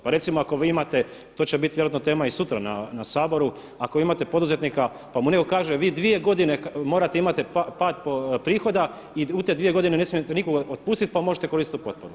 Pa recimo ako vi imate to će biti vjerojatno tema i sutra na Saboru, ako imate poduzetnika, pa mu netko kaže vi dvije godine morate, imate pad prihoda i u te dvije godine ne smijete nikoga otpustiti pa možete koristiti tu potporu.